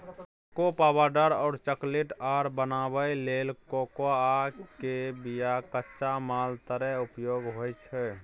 cocoa powder और chocolate आर बनाबइ लेल कोकोआ के बिया कच्चा माल तरे उपयोग होइ छइ